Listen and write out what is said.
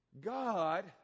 God